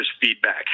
feedback